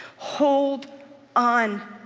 hold on.